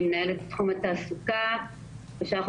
בבקשה, גברתי.